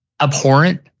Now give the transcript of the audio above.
abhorrent